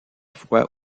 fois